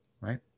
right